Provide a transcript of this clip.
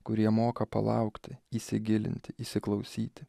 kurie moka palaukti įsigilinti įsiklausyti